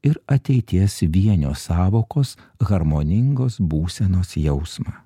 ir ateities vienio sąvokos harmoningos būsenos jausmą